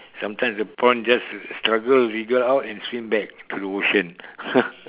sometime the prawn just struggle wiggle out and swim back to the ocean ha